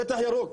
שטח ירוק,